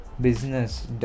business